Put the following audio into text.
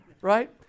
right